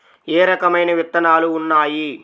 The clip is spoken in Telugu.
ఏ రకమైన విత్తనాలు ఉన్నాయి?